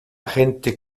gente